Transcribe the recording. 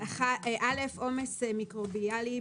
(א)עומס מיקרוביאלי,